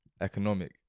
economic